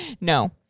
No